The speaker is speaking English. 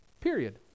Period